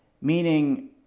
meaning